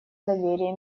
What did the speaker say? доверия